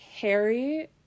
Harry